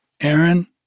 Aaron